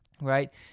Right